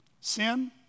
Sin